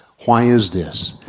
why is this?